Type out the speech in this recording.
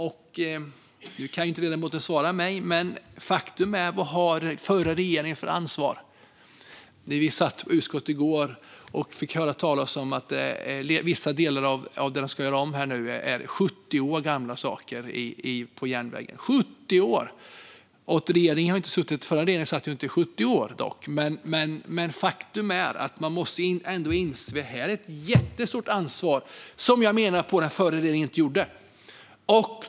Nu kan inte ledamoten svara mig, men vad har den förra regeringen för ansvar? När vi satt i utskottet i går och fick höra talas om att vissa delar som ska göras om nu på järnvägen är 70 år gamla saker - 70 år! Förra regeringen satt visserligen inte i 70 år, men detta är ett jättestort ansvar som jag menar att den förra regeringen inte tog.